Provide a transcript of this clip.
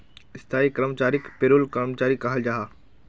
स्थाई कर्मचारीक पेरोल कर्मचारी कहाल जाहा